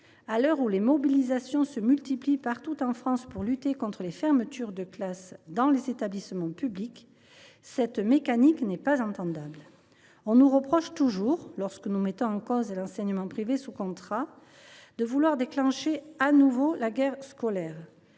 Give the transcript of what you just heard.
À l’heure où les mobilisations se multiplient partout en France pour lutter contre les fermetures de classes dans les établissements publics, ce fonctionnement n’est pas acceptable. On nous reproche toujours, lorsque nous mettons en cause l’enseignement privé sous contrat, de vouloir déclencher de nouveau la guerre scolaire.